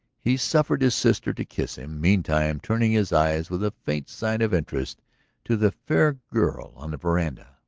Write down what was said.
he suffered his sister to kiss him, meantime turning his eyes with a faint sign of interest to the fair girl on the veranda.